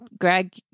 Greg